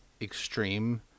extreme